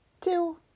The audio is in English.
two